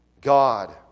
God